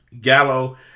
Gallo